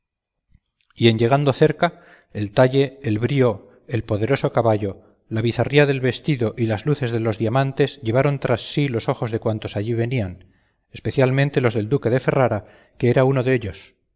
en llegando cerca el talle el brío el poderoso caballo la bizarría del vestido y las luces de los diamantes llevaron tras sí los ojos de cuantos allí venían especialmente los del duque de ferrara que era uno dellos